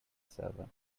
server